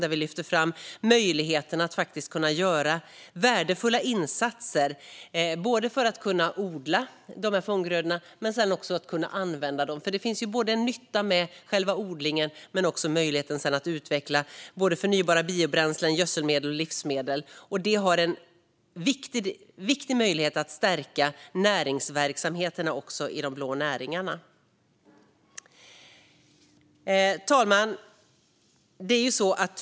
Där lyfter vi fram möjligheten att göra värdefulla insatser för att man ska kunna odla fånggrödorna men också använda dem. Det finns en nytta med själva odlingen men också möjligheten att utveckla förnybara biobränslen, gödselmedel och livsmedel. Det är en viktig möjlighet att stärka näringsverksamheterna också i de blå näringarna. Fru talman!